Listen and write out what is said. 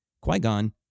Qui-Gon